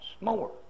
more